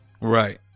Right